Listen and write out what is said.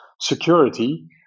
security